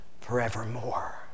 forevermore